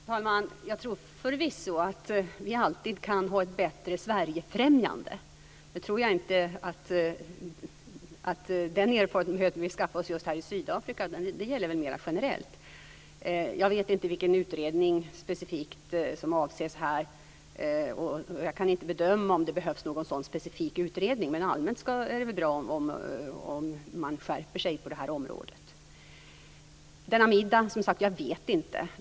Fru talman! Jag tror förvisso att vi alltid kan ha ett bättre Sverigefrämjande. Den erfarenhet vi skaffat oss just i Sydafrika gäller väl mer generellt. Jag vet inte vilken utredning specifikt som avses här, och jag kan inte bedöma om det behövs någon sådan specifik utredning, men allmänt är det väl bra om man skärper sig på det här området. Denna middag: jag vet som sagt inte.